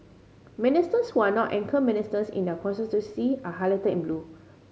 ministers who are not anchor ministers in their constituency are highlighted in blue